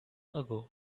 ago